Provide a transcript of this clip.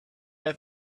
have